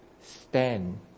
stand